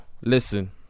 listen